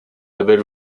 label